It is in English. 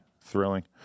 thrilling